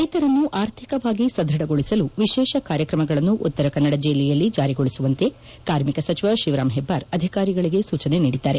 ರೈತರನ್ನು ಆರ್ಥಿಕವಾಗಿ ಸದೃಢಗೊಳಿಸಲು ವಿಶೇಷ ಕಾರ್ಯಕ್ರಮಗಳನ್ನು ಉತ್ತರ ಕನ್ನಡ ಜಿಲ್ಲೆಯಲ್ಲಿ ಜಾರಿಗೊಳಿಸುವಂತೆ ಕಾರ್ಮಿಕ ಸಚಿವ ಶಿವರಾಂ ಹೆಬ್ಬಾರ್ ಅಧಿಕಾರಿಗಳಿಗೆ ಸೂಚನೆ ನೀಡಿದ್ದಾರೆ